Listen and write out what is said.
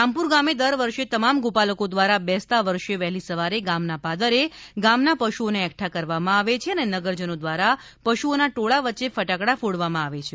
રામપુર ગામે દર વર્ષે તમામ ગોપાલકો દ્વારા બેસતા વર્ષે વહેલી સવારે ગામના પાદરે ગામના પશુઓને એકઠા કરવામાં આવે છે અને નગરજનો દ્વારા પશુઓના ટોળા વચ્ચે ફટાકડા ફોડવામાં આવે છે